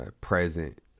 present